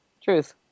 Truth